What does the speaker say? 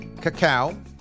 cacao